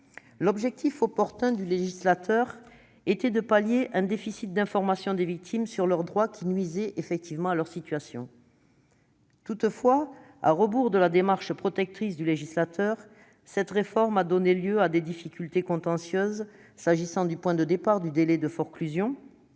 L'objectif opportun du législateur était de pallier un déficit d'information des victimes sur leurs droits, qui nuisait, effectivement, à leur situation. Toutefois, à rebours de la démarche protectrice du législateur, cette réforme a donné lieu à des difficultés contentieuses s'agissant du point de départ du délai de forclusion